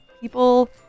people